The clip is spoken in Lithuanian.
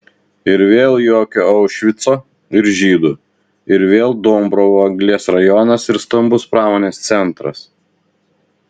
ir vėl jokio aušvico ir žydų ir vėl dombrovo anglies rajonas ir stambus pramonės centras